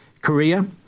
Korea